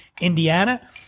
Indiana